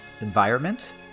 environment